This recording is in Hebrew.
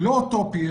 לא אוטופי,